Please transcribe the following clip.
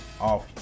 off